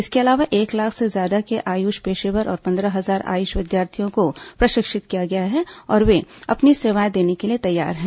इसके अलावा एक लाख से ज्यादा के आयुष पेशेवर और पन्द्रह हजार आयुष विद्यार्थियों को प्रशिक्षित किया गया है और वे अपनी सेवाएं देने के लिए तैयार हैं